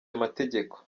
amategeko